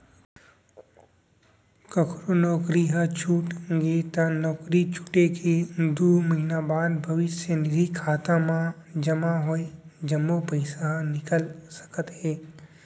ककरो नउकरी ह छूट गे त नउकरी छूटे के दू महिना बाद भविस्य निधि खाता म जमा होय जम्मो पइसा ल निकाल सकत हे